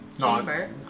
chamber